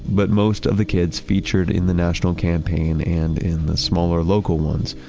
but most of the kids featured in the national campaign and in the smaller local ones,